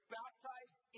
baptized